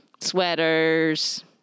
sweaters